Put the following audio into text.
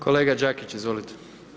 Kolega Đakić, izvolite.